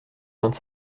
vingt